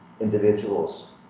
individuals